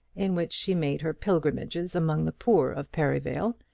in which she made her pilgrimages among the poor of perivale,